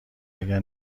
اگر